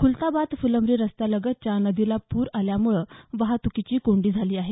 खुलताबाद फुलंब्री रस्त्यालगतच्या नदीला पूर आल्यामूळं वाहतूकीची कोंडी झाली आहे